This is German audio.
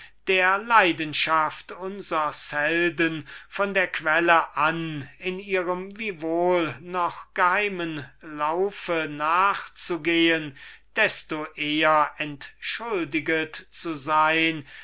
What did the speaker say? der leidenschaft unsers helden von der quelle an in ihrem wiewohl noch geheimen lauf nachzugehen desto eher entschuldiget zu sein